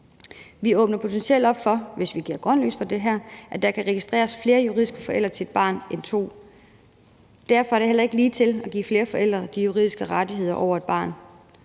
vi giver grønt lys for det her, at der kan registreres flere end to juridiske forældre til et barn. Derfor er det heller ikke ligetil at give flere forældre de juridiske rettigheder over et barn,